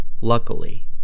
luckily